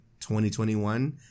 2021